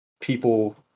people